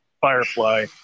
Firefly